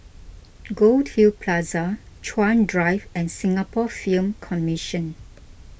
Goldhill Plaza Chuan Drive and Singapore Film Commission